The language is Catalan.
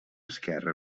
esquerra